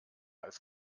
als